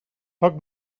poc